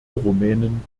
rumänen